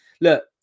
look